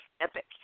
epic